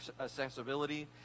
accessibility